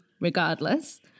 regardless